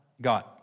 God